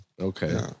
Okay